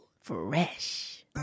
fresh